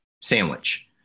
sandwich